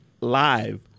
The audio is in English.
live